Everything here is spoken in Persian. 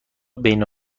بین